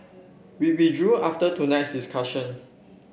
we withdrew after tonight's discussion